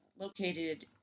Located